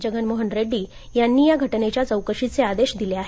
जगनमोहन रेड्डी यांनी या घटनेच्या चौकशीचे आदेश दिले आहेत